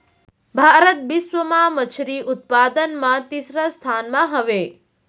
भारत बिश्व मा मच्छरी उत्पादन मा तीसरा स्थान मा हवे